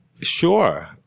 Sure